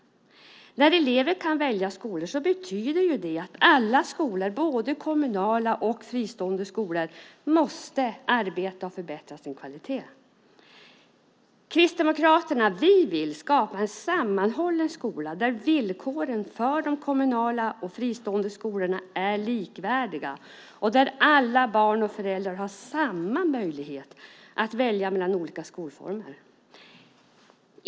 När elever kan välja skolor betyder det att alla skolor, både kommunala och fristående, måste arbeta för att förbättra sin kvalitet. Kristdemokraterna vill skapa en sammanhållen skola där villkoren för de kommunala och fristående skolorna är likvärdiga och där alla barn och föräldrar har samma möjlighet att välja mellan olika skolformer.